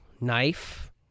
knife